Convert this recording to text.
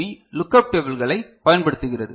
B lookup டேபிள்களைப் பயன்படுத்துகிறது